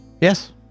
Yes